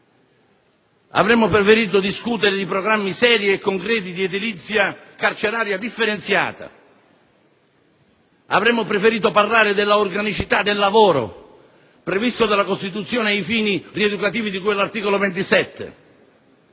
avremmo preferito discutere di programmi seri e concreti di edilizia carceraria differenziata; avremmo preferito parlare della organicità del lavoro previsto dalla Costituzione ai fini rieducativi di cui all'articolo 27;